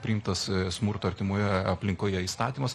priimtas smurto artimoje aplinkoje įstatymas